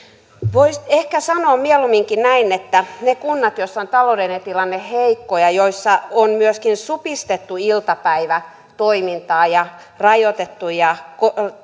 voisi ehkä sanoa mieluumminkin näin että niissä kunnissa joissa taloudellinen tilanne on heikko ja joissa on myöskin supistettu iltapäivätoimintaa ja rajoitettu ja